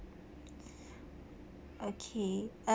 okay ah